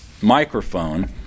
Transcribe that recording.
microphone